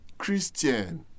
Christian